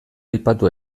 aipatu